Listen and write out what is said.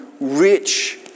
rich